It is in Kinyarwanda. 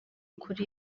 kuri